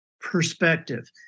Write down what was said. perspective